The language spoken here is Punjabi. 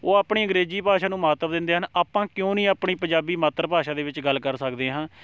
ਉਹ ਆਪਣੀ ਅੰਗਰੇਜ਼ੀ ਭਾਸ਼ਾ ਨੂੰ ਮਹੱਤਵ ਦਿੰਦੇ ਹਨ ਆਪਾਂ ਕਿਉਂ ਨਹੀਂ ਆਪਣੀ ਪੰਜਾਬੀ ਮਾਤਰ ਭਾਸ਼ਾ ਦੇ ਵਿੱਚ ਗੱਲ ਕਰ ਸਕਦੇ ਹਾਂ